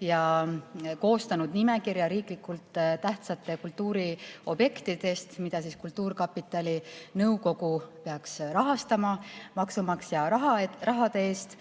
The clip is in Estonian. ja koostanud nimekirja riiklikult tähtsatest kultuuriobjektidest, mida kultuurkapitali nõukogu peaks rahastama maksumaksja raha eest.